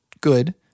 good